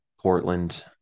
Portland